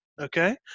Okay